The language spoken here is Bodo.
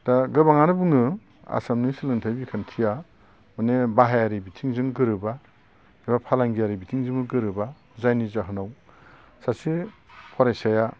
दा गोबांआनो बुङो आसामनि सोलोंथाय बिखान्थिया माने बाहायारि बिथिंजों गोरोबा एबा फालांगियारि बिथिंजोंबो गोरोबा जायनि जाहोनाव सासे फरायसाया